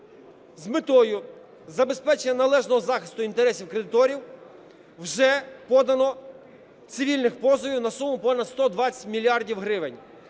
з метою забезпечення належного захисту інтересів кредиторів вже подано цивільних позовів на суму понад 120 мільярдів